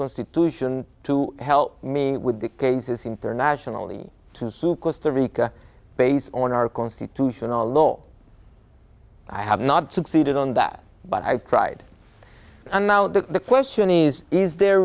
constitution to help me with the cases internationally to sue costa rica based on our constitutional law i have not succeeded on that but i've tried amount to the question is there